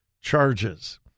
charges